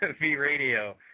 V-Radio